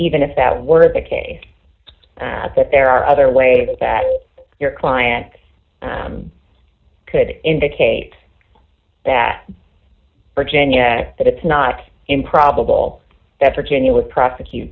even if that were the case that there are other ways that your client could indicate that virginia that it's not improbable that virginia would prosecute